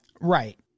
Right